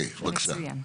מצוין,